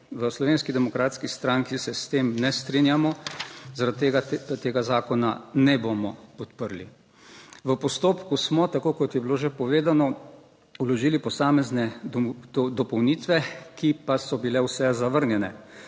V Slovenski demokratski stranki se s tem ne strinjamo. Zaradi tega zakona ne bomo podprli. V postopku smo, tako kot je bilo že povedano, vložili posamezne dopolnitve, ki pa so bile vse zavrnjene.